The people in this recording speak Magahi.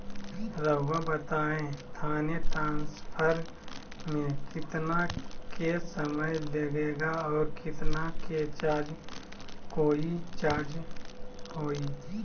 रहुआ बताएं थाने ट्रांसफर में कितना के समय लेगेला और कितना के चार्ज कोई चार्ज होई?